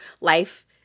life